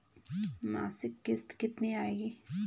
मासिक किश्त कितनी आएगी?